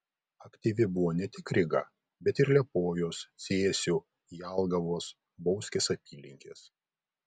aktyvi buvo ne tik ryga bet ir liepojos cėsių jelgavos bauskės apylinkės